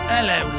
Hello